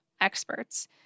experts